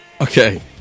Okay